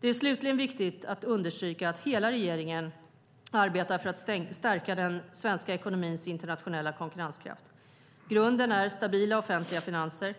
Det är slutligen viktigt att understryka att hela regeringen arbetar för att stärka den svenska ekonomins internationella konkurrenskraft. Grunden är stabila offentliga finanser